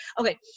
Okay